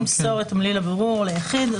ימסור את תמליל הבירור ליחיד".